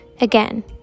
Again